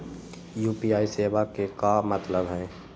UPI सेवा के का मतलब है?